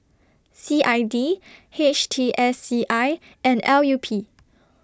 C I D H T S C I and L U P